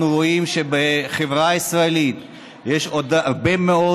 אנחנו רואים שבחברה הישראלית יש עוד הרבה מאוד